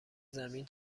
زمین